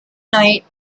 night